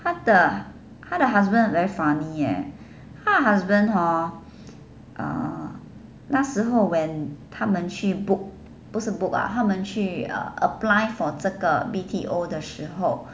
她的她的 husband very funny eh 她的 husband hor uh 那时候 when 他们去 book 不是 book ah 他们去 apply for 这个 B_T_O 的时候